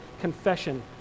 confession